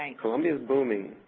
and colombia is booming.